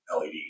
LED